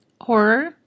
horror